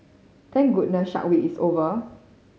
thank goodness Shark Week is over